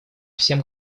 всем